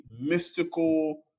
mystical